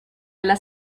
alla